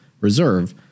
reserve